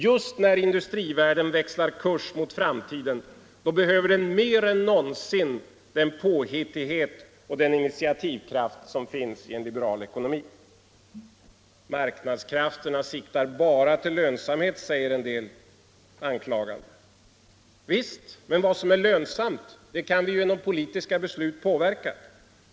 Just när industrivärlden måste växla kurs mot framtiden behöver den mer än någonsin den påhittighet och initiativkraft som finns i en liberal ekonomi. Marknadskrafterna siktar bara till lönsamhet, säger en del anklagande. Visst, men vad som är lönsamt kan vi genom politiska beslut påverka.